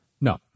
No